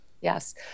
Yes